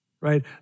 right